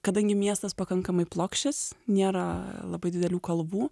kadangi miestas pakankamai plokščias nėra labai didelių kalvų